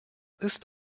ist